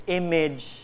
image